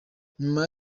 nyuma